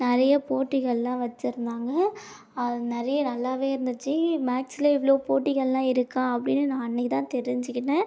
நிறைய போட்டிகள்லாம் வச்சிருந்தாங்க அது நிறைய நல்லாவே இருந்துச்சு மேக்ஸ்ல இவ்வளோ போட்டிகள்லாம் இருக்கா அப்படின்னு நான் அன்றைக்கி தான் தெரிஞ்சிக்கிட்டேன்